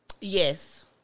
yes